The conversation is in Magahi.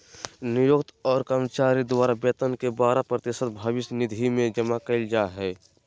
नियोक्त और कर्मचारी द्वारा वेतन के बारह प्रतिशत भविष्य निधि में जमा कइल जा हइ